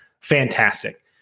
fantastic